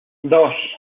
dos